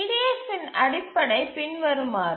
EDF இன் அடிப்படை பின்வருமாறு